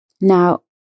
now